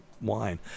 wine